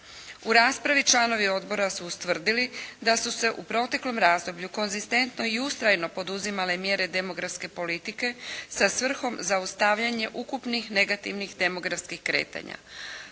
U raspravi članovi Odbora su ustvrdili da su se u proteklom razdoblju konzistentno i ustrajno poduzimale mjere demografske politike sa svrhom zaustavljanje ukupnih negativnih demografskih kretanja.